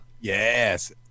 Yes